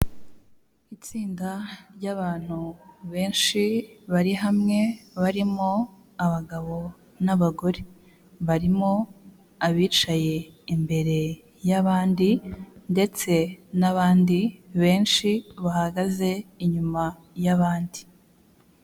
Itsinda ry'abantu benshi bari hamwe, barimo abagabo n'abagore; barimo abicaye imbere y'abandi ndetse n'abandi benshi bahagaze inyuma y'abandi.